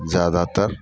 जादातर